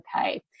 Okay